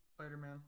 Spider-Man